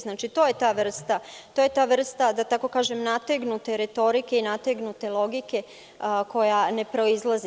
Znači, to je ta vrsta, da tako kažem nategnute retorike i nategnute logike koja ne proizilazi.